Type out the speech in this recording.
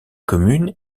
commune